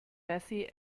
bessie